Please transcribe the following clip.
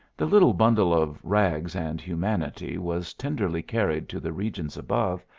the little bundle of rags and humanity was tenderly carried to the regions above,